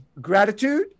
gratitude